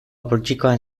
poltsikoan